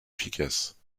efficaces